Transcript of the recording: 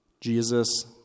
Jesus